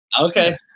okay